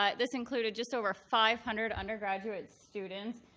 um this included just over five hundred undergraduate students,